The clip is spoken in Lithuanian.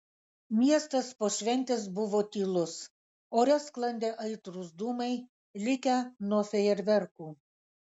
miestas po šventės buvo tylus ore sklandė aitrūs dūmai likę nuo fejerverkų